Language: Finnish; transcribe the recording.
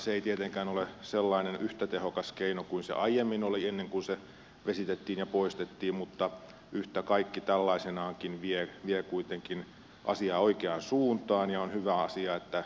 se ei tietenkään ole sellainen yhtä tehokas keino kuin se oli aiemmin ennen kuin se vesitettiin ja poistettiin mutta yhtä kaikki se tällaisenaankin vie kuitenkin asiaa oikeaan suuntaan ja on hyvä asia että